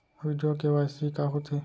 video KYC का होथे